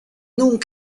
noms